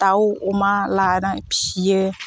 दाउ अमा लानानै फिसियो